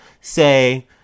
say